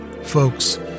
Folks